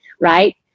Right